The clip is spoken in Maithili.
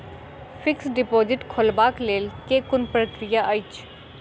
फिक्स्ड डिपोजिट खोलबाक लेल केँ कुन प्रक्रिया अछि?